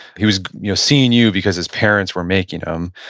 he was you know seeing you because his parents were making him.